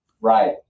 Right